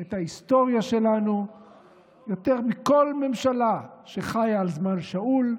את ההיסטוריה שלנו יותר מכל ממשלה שחיה על זמן שאול,